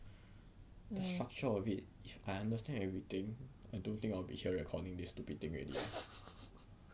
ya